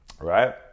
Right